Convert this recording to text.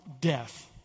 death